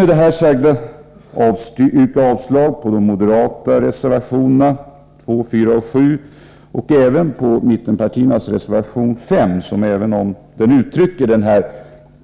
Med det sagda yrkar jag avslag på de moderata reservationerna 2, 4 och 7 samt även på mittenpartiernas reservation 5, som, även om den uttrycker en